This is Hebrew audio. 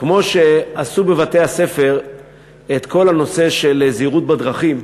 כמו שעשו בבית-הספר בכל הנושא של זהירות בדרכים.